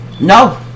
No